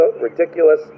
ridiculous